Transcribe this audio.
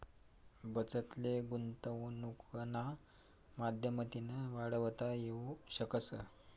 बचत ले गुंतवनुकना माध्यमतीन वाढवता येवू शकस